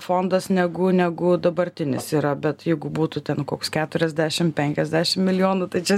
fondas negu negu dabartinis yra bet jeigu būtų ten koks keturiasdešim penkiasdešim milijonų tai čia